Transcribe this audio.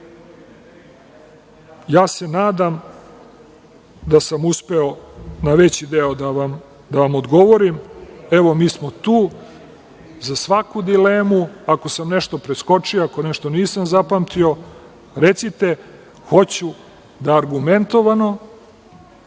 se da sam uspeo na veći deo da vam odgovorim. Mi smo tu za svaku dilemu. Ako sam nešto preskočio, ako nešto nisam zapamtio, recite, hoću da argumentovano